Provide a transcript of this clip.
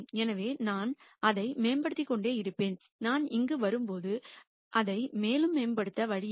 எனவே நான் அதை மேம்படுத்திக் கொண்டே இருப்பேன் நான் இங்கு வரும்போது அதை மேலும் மேம்படுத்த வழி இல்லை